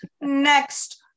Next